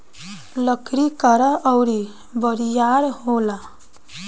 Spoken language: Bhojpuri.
लकड़ी कड़ा अउर बरियार होला